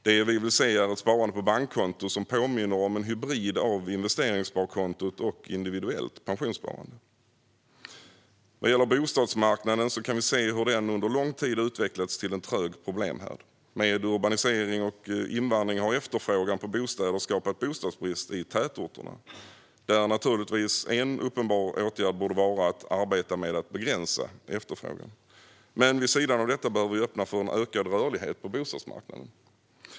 Det vi vill se är ett sparande på bankkonto som påminner om en hybrid av investeringssparkonto och individuellt pensionssparande. Vad gäller bostadsmarknaden kan vi se att den under lång tid har utvecklats till en trög problemhärd. Med urbanisering och invandring har efterfrågan på bostäder skapat bostadsbrist i tätorterna. En uppenbar åtgärd borde vara att arbeta med att begränsa efterfrågan. Men vid sidan av det behöver vi öppna för ökad rörlighet på bostadsmarknaden.